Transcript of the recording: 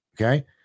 Okay